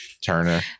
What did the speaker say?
Turner